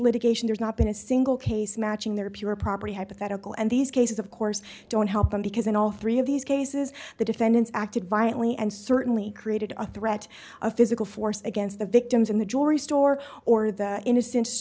litigation there's not been a single case matching their pure property hypothetical and these cases of course don't help them because in all three of these cases the defendants acted violently and certainly created a threat of physical force against the victims and the jury store or the innocen